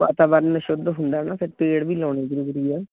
ਵਾਤਾਵਰਨ ਸ਼ੁੱਧ ਹੁੰਦਾ ਨਾ ਫਿਰ ਪੇੜ ਵੀ ਲਾਉਣੇ ਜ਼ਰੂਰੀ ਹੈ